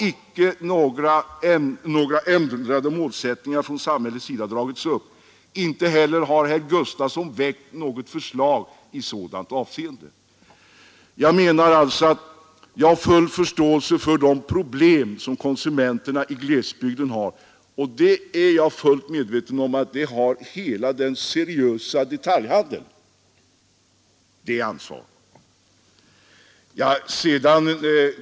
Jag har full förståelse för de problem som konsumenterna i glesbygden har, och jag vet att hela den seriösa detaljhandeln känner sitt ansvar.